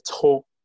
talk